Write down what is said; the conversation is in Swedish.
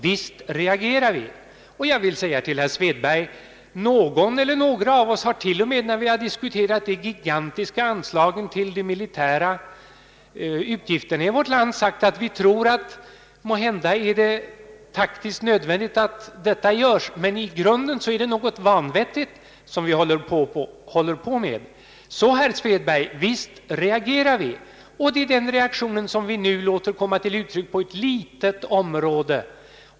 Visst reagerar vi, och jag vill säga till herr Svedberg att någon eller några av OSS t.o.m. har sagt, när vi diskuterat de gigantiska anslagen till de militära utgifterna i vårt land, att vi tror att det måhända är taktiskt nödvändigt att göra dessa utgifter, men i grunden är det något vanvettigt som vi håller på med. Visst reagerar vi, herr Svedberg, och det är den reaktionen som vi nu låter komma till uttryck på ett litet område.